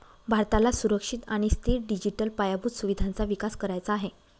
भारताला सुरक्षित आणि स्थिर डिजिटल पायाभूत सुविधांचा विकास करायचा आहे